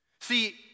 See